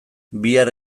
bihar